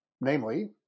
namely